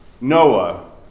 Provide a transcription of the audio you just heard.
Noah